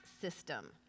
system